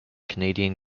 canadian